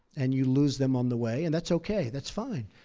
and you lose them on the way. and that's okay. that's fine.